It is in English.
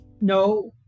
No